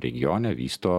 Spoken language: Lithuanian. regione vysto